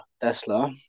Tesla